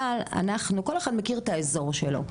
אבל כל אחד מכיר את האזור שלו,